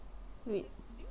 wait